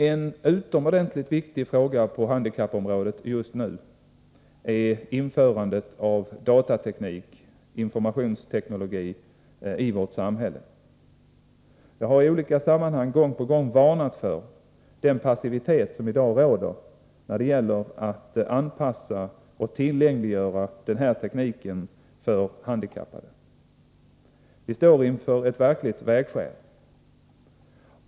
En utomordentligt viktig fråga på handikappområdet just nu är införandet av datateknik och informationsteknologi i vårt samhälle. Jag har i olika sammanhang gång på gång varnat för den passivitet som i dag råder när det gäller att anpassa och tillgängliggöra den här tekniken för handikappade. Vi står inför ett verkligt vägskäl.